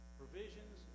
provisions